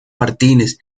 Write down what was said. martínez